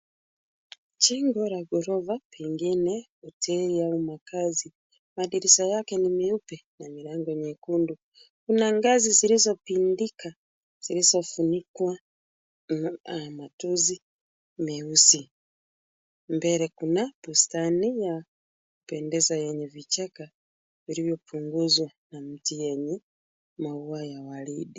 Jengo la ghorofa, pengine hoteli au makazi. Madirisha yake ni meupe na milango nyekundu. Kuna ngazi zilizopindika, zilizofunikwa matuzi meusi. Mbele kuna bustani ya kupendeza yenye vichaka viliyopunguzwa na mti yenye maua ya waridi.